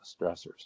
stressors